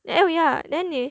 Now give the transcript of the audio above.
then ya then 你